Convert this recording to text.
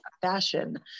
fashion